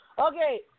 Okay